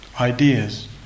ideas